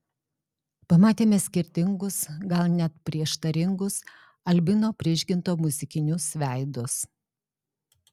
pamatėme skirtingus gal net prieštaringus albino prižginto muzikinius veidus